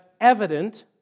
evident